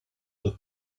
del